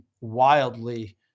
wildly